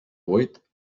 vuit